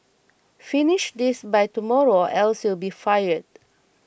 finish this by tomorrow else you'll be fired